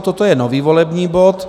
Toto je nový volební bod.